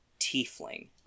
tiefling